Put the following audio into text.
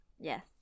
Yes